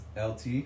LT